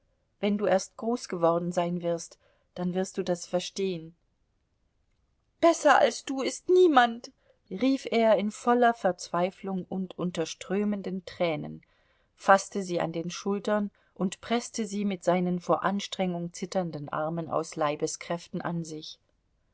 wenn du erst groß geworden sein wirst dann wirst du das verstehen besser als du ist niemand rief er in voller verzweiflung und unter strömenden tränen faßte sie an den schultern und preßte sie mit seinen vor anstrengung zitternden armen aus leibeskräften an sich